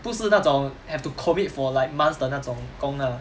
不是那种 have to commit for like months 的那种工 lah